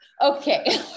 Okay